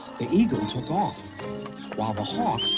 the eagle took off while the hawk,